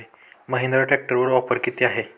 महिंद्रा ट्रॅक्टरवर ऑफर किती आहे?